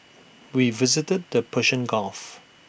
we visited the Persian gulf